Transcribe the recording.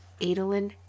Adolin